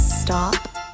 stop